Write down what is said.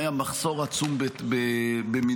היה מחסור עצום במינויים.